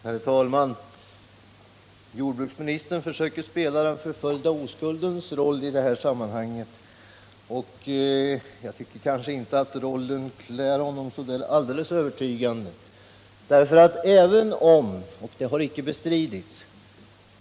Herr talman! Jordbruksministern försöker i detta sammanhang spela den förföljda oskuldens roll. Jag tycker inte rollen klär honom riktigt.